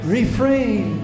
Refrain